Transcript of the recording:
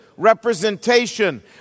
representation